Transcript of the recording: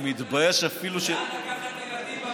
אני מתבייש אפילו, לאן לקחת ילדים במדינה הזאת?